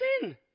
sin